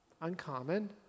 Uncommon